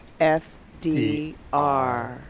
FDR